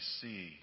see